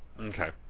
okay